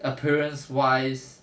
appearance wise